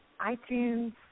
iTunes